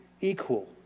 equal